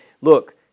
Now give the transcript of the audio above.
look